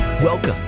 Welcome